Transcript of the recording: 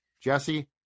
Jesse